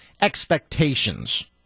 expectations